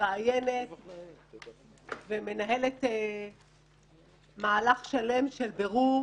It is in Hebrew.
מראיינת ומנהלת מהלך שלם של בירור